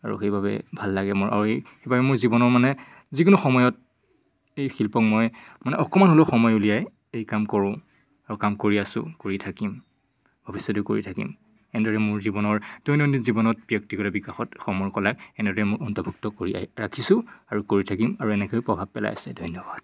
আৰু সেইবাবে ভাল লাগে মোৰ আৰু এই সেইবাবে মোৰ জীৱনৰ মানে যিকোনো সময়ত এই শিল্পক মই মানে অকমান হ'লেও সময় উলিয়াই এই কাম কৰোঁ আৰু কাম কৰি আছোঁ কৰি থাকিম ভৱিষ্যতেও কৰি থাকিম এনেদৰে মোৰ জীৱনৰ দৈনন্দিন জীৱনত ব্যক্তিগত বিকাশত সমৰ কলাৰ এনেদৰে মই অন্তৰ্ভুক্ত কৰি আহি ৰাখিছোঁ আৰু কৰি থাকিম আৰু এনেকে প্ৰভাৱ পেলাই আছে ধন্যবাদ